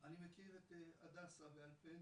אני מכיר את הדסה בעל פה.